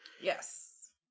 Yes